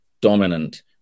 dominant